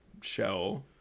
show